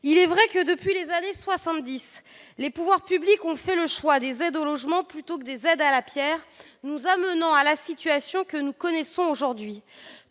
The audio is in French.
Il est vrai que, depuis les années 1970, les pouvoirs publics ont fait le choix d'attribuer des aides au logement plutôt que des aides à la pierre, nous conduisant à la situation que nous connaissons aujourd'hui